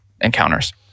encounters